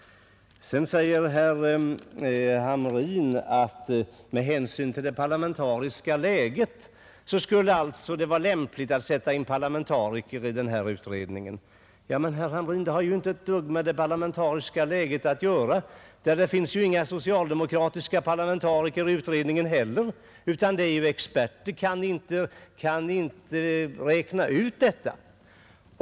Sedan säger herr Hamrin att det med hänsyn till det parlamentariska läget skulle vara lämpligt att sätta in parlamentariker i denna utredning. Men, herr Hamrin, det har ju inte ett dugg med det parlamentariska läget att göra. Det finns inte heller några socialdemokratiska parlamentariker i utredningen, utan det är ju en expertutredning.